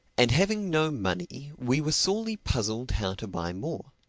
and having no money, we were sorely puzzled how to buy more.